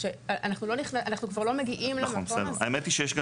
אנחנו כבר לא מגיעים למקום הזה.